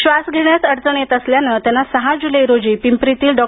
श्वास घेण्यास अडचण येत असल्यानं त्यांना सहा जुलै रोजी पिंपरीमधील डॉ